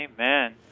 Amen